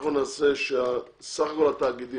אנחנו נעשה שסך הכול התאגידים